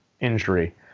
injury